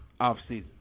offseason